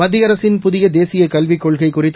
மத்திய அரசின் புதிய தேசிய கல்விக் கொள்கை குறித்து